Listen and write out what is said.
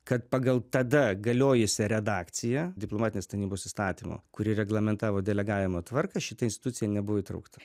kad pagal tada galiojusią redakciją diplomatinės tarnybos įstatymo kurį reglamentavo delegavimo tvarką šita institucija nebuvo įtraukta